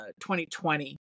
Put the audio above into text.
2020